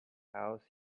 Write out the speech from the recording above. house